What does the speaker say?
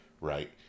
Right